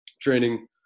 training